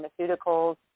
pharmaceuticals